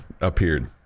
appeared